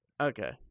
Okay